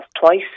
twice